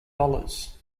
dollars